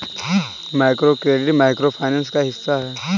microcredit micro finance का हिस्सा है